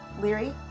Leary